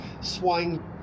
Swine